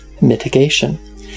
mitigation